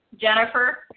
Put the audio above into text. Jennifer